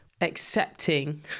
accepting